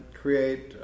create